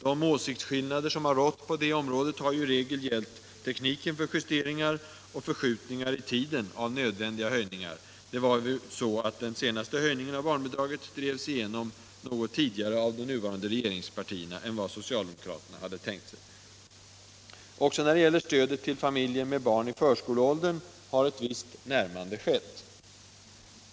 De åsiktsskillnader som har rått på det området, har ju i regel gällt tekniken för justeringar och förskjutningar i tiden av nödvändiga höjningar. Den senaste höjningen av barnbidraget drevs som bekant igenom av de nuvarande regeringspartierna något tidigare än vad socialdemokraterna hade tänkt sig. Även när det gäller stödet till familjer med barn i förskoleåldern har ett visst närmande skett.